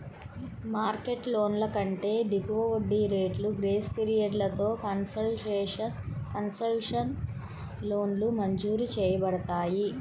market లోన్ల కంటే దిగువ వడ్డీ రేట్లు, గ్రేస్ పీరియడ్లతో కన్సెషనల్ లోన్లు మంజూరు చేయబడతాయి